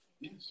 Yes